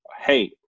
hey